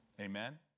Amen